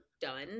done